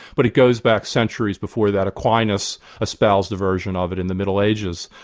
but it goes back centuries before that. aquinas espoused a version of it in the middle ages,